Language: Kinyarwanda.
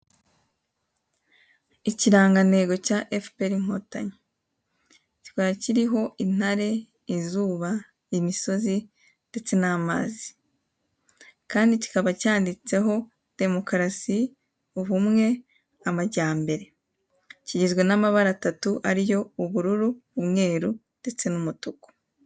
Ikirangantego cya FPR Inkotanyi kiba kiriho intare, izuba, imisozi ndetse n'amazi kandi kikaba cyanditseho demokarasi, ubumwe, amajyambere. Kigizwe n'amabara atatu ariyo ubururu, umweru ndetse n'umutuku.